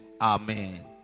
amen